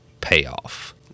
payoff